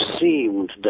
seemed